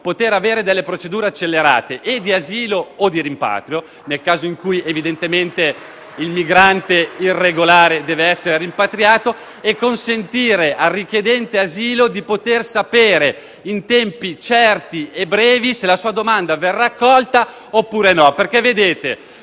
poter avere delle procedure accelerate di asilo o di rimpatrio, nel caso in cui evidentemente il migrante irregolare debba essere rimpatriato *(Applausi dai Gruppi* *L-SP-PSd'Az e M5S)*, e consentire al richiedente asilo di poter sapere in tempi certi e brevi se la sua domanda verrà accolta oppure no.